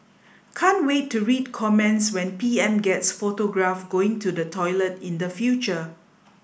can't wait to read comments when P M gets photographed going to the toilet in the future